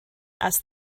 asked